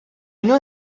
know